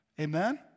Amen